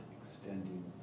extending